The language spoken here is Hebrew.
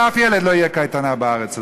לאף ילד לא תהיה קייטנה בארץ הזאת.